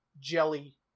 jelly